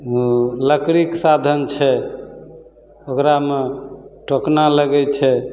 लकड़ीके साधन छै ओकरामे टोकना लगै छै